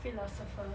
philosopher